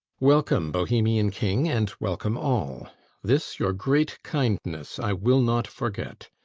welcome, bohemian king, and welcome all this your great kindness i will not forget.